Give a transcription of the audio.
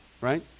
right